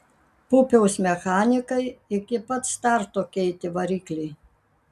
pupiaus mechanikai iki pat starto keitė variklį